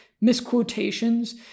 misquotations